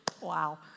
Wow